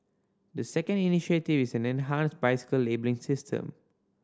the second initiative is an enhanced bicycle labelling system